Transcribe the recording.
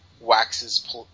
waxes